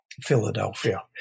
Philadelphia